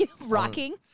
Rocking